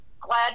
glad